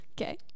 Okay